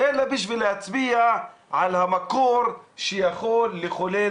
אלא בשביל להצביע על המקור שיכול לחולל